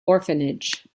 orphanage